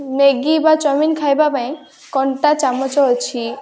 Maggi ବା chow mein ଖାଇବା ପାଇଁ କଣ୍ଟା ଚାମଚ ଅଛି